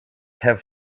have